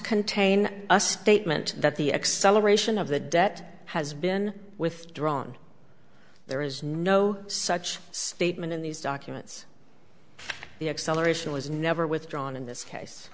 contain a statement that the acceleration of the debt has been withdrawn there is no such statement in these documents the acceleration was never withdrawn in this case